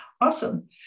Awesome